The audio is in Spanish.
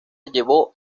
llevó